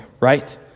right